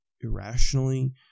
irrationally